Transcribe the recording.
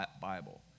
Bible